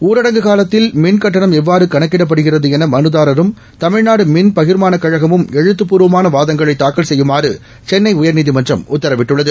ஊரடங்கு காலத்தில் மின் கட்டணம் எவ்வாறுகணக்கிடப்படுகிறதுஎனமனுதாரரும் தமிழ்நாடுமின் பகிர்மானகழகமும் எழுத்துப்பூர்வமானவாதங்களைதாக்கல் செய்யுமாறுசென்னைஉயாநீதிமன்றம் உத்தரவிட்டுள்ளது